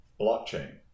blockchain